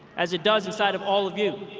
as it does inside of all of you.